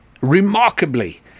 remarkably